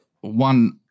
one